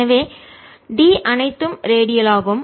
எனவே D அனைத்தும் radial ஆகும்